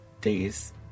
days